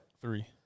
Three